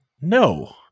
No